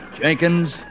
Jenkins